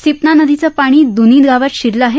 सिपना नदीचं पाणी दुनी गावात शिरलं आहे